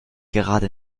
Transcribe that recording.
gerade